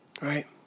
Right